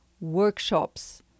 workshops